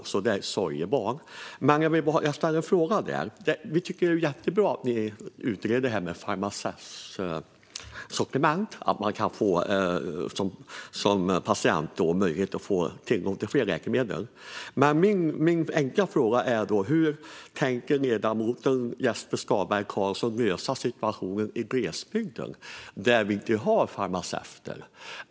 Det är ett sorgebarn, men jag vill ställa en fråga där. Vi tycker att det är jättebra att ni utreder det här med farmaceutsortiment, att man som patient kan ha möjlighet att få tillgång till fler läkemedel. Men min enkla fråga är: Hur tänker ledamoten Jesper Skalberg Karlsson lösa situationen i glesbygden, där vi inte har farmaceuter?